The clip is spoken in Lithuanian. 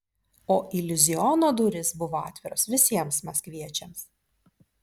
o iliuziono durys buvo atviros visiems maskviečiams